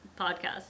podcast